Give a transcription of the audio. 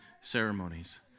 ceremonies